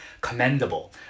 commendable